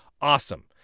awesome